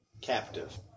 Captive